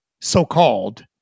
so-called